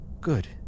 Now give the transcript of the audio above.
Good